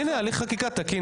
הנה, הליך חקיקה תקין.